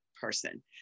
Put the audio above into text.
person